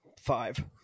five